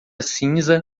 cinza